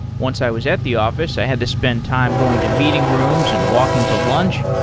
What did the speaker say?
once i was at the office, i had to spend time going to meeting rooms and walking to lunch,